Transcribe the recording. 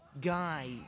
guy